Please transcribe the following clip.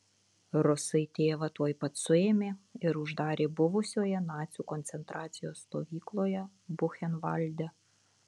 rusai tėvą tuoj pat suėmė ir uždarė buvusioje nacių koncentracijos stovykloje buchenvalde